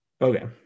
Okay